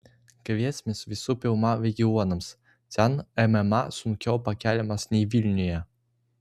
grėsmės visų pirma regionams ten mma sunkiau pakeliamas nei vilniuje